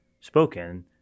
spoken